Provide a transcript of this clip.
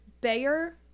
Bayer